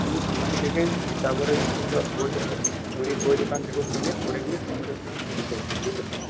হ্যাঁ হ্যাঁ আমি দেখে নিচ্ছি তারপরে কিছু বই তখন এমনি বইয়ের দোকান থেকেও কিনে পড়ে নিয়ে তারপরে দেখবো ঠিক আছে